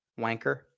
Wanker